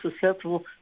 susceptible